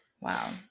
Wow